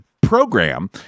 program